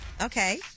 Okay